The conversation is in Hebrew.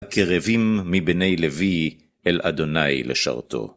הקרבים מבני לוי אל ה' לשרתו.